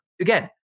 again